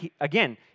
again